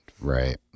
right